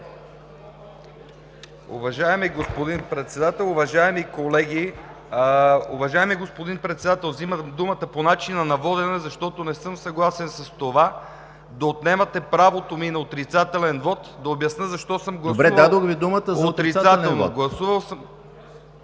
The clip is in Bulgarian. Уважаеми господин Председател, уважаеми колеги! Уважаеми господин Председател, вземам думата по начина на водене, защото не съм съгласен с това да отнемате правото ми на отрицателен вот, да обясня защо съм гласувал отрицателно.